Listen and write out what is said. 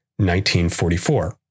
1944